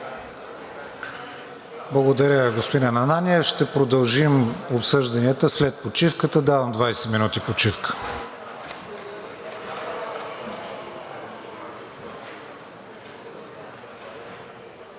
Благодаря, господин Ананиев. Ще продължим обсъжданията след почивката – давам 20 минути почивка.